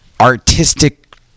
artistic